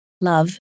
love